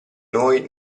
noi